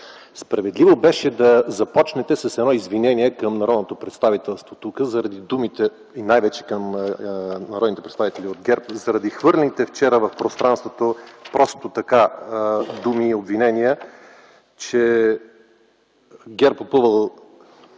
Справедливо беше да започнете с едно извинение към народното представителство тук заради думите и, най-вече към народните представители от ГЕРБ, заради хвърлените вчера в пространството просто така думи и обвинения, че ГЕРБ опъвал